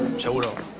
job